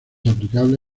aplicable